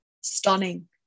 Stunning